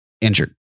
injured